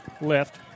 left